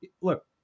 look